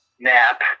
Nap